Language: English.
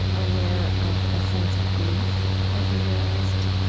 aware of a sense of grief as you realized,